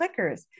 clickers